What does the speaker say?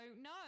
no